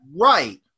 Right